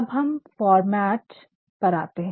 अब हम फॉर्मेट पर आते है